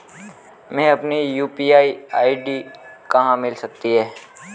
मुझे अपनी UPI ID कहां मिल सकती है?